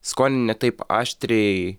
skonį ne taip aštriai